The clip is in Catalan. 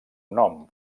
nom